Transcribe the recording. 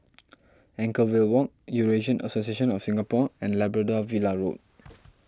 Anchorvale Walk Eurasian Association of Singapore and Labrador Villa Road